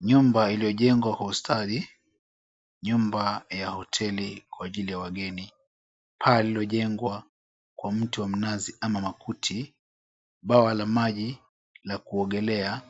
Nyumba iliyojengwa kwa ustadi. Nyumba ya hoteli kwa ajili ya wageni. Paa lililojengwa kwa mti wa mnazi ama makuti. Bwawa la maji la kuogelea